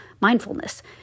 mindfulness